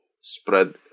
spread